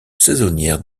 saisonnières